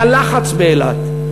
תא לחץ באילת.